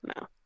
No